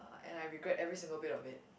and I regret every single bit of it